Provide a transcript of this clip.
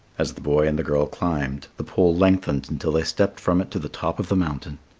as the boy and the girl climbed, the pole lengthened until they stepped from it to the top of the mountain.